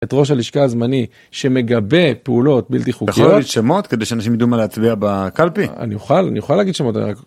את ראש הלשכה הזמני שמגבה פעולות בלתי חוקיות. אתה יכול להגיד שמות, כדי שאנשים ידעו מה להצביע בקלפי אני אוכל אני אוכל להגיד שמות.